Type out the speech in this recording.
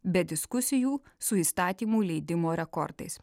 be diskusijų su įstatymų leidimo rekordais